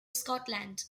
scotland